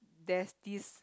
there's this